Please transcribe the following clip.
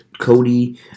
Cody